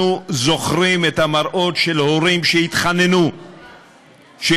אנחנו זוכרים את המראות של הורים שהתחננו שיאפשרו